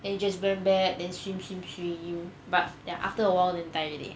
and it just went back swim swim swim but then after awhile then die already